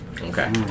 Okay